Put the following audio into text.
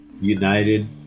United